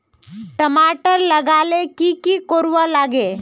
टमाटर लगा ले की की कोर वा लागे?